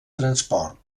transport